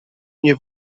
nie